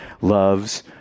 loves